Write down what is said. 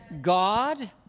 God